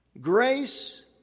Grace